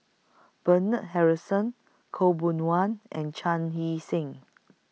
Bernard Harrison Khaw Boon Wan and Chan Hee Seng